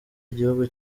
igihugu